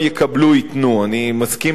ייתנו" אני מסכים לגמרי,